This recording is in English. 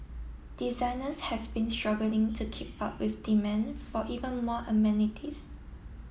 designers have been struggling to keep up with demand for even more amenities